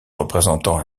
représentant